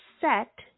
set